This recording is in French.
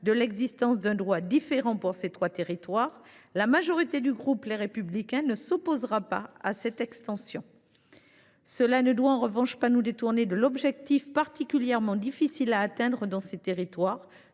de l’existence d’un droit différent pour ces trois territoires, la majorité du groupe Les Républicains ne s’opposera pas à cette extension. Cela ne doit pas en revanche nous détourner d’un objectif particulièrement difficile à atteindre : rendre